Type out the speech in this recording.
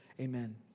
Amen